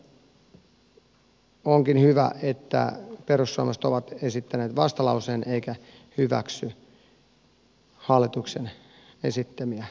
siinä mielessä onkin hyvä että perussuomalaiset ovat esittäneet vastalauseen eivätkä hyväksy hallituksen esittämiä säästötoimenpiteitä tältä osin